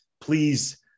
please